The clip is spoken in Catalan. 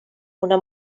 una